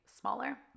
smaller